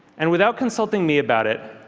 and without consulting me about it,